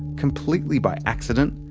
completely by accident,